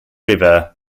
river